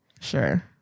Sure